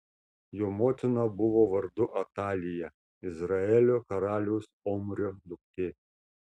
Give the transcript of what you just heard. jo motina buvo vardu atalija izraelio karaliaus omrio duktė